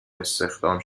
استخدام